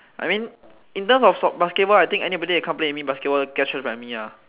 I mean in terms of so~ basketball I think anybody that come play with me basketball get thrashed by me ah